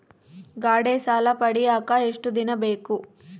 ಗಾಡೇ ಸಾಲ ಪಡಿಯಾಕ ಎಷ್ಟು ದಿನ ಬೇಕು?